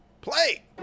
Play